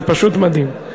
זה פשוט מדהים.